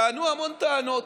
טענו המון טענות.